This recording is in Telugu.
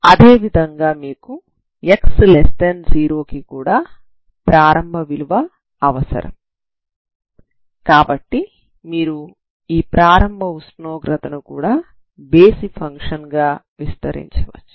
అదేవిధంగా మీకు x0 కి కూడా ప్రారంభ విలువ అవసరం కాబట్టి మీరు ఈ ప్రారంభ ఉష్ణోగ్రతను కూడా బేసి ఫంక్షన్ గా విస్తరించవచ్చు